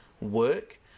work